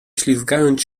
ślizgając